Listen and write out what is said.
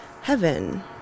Heaven